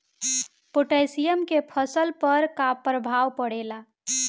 Potassium के फसल पर का प्रभाव पड़ेला?